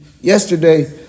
yesterday